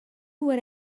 would